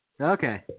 Okay